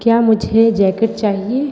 क्या मुझे यह जैकेट चाहिए